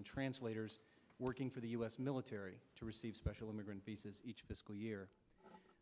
and translators working for the u s military to receive special immigrant visas each fiscal year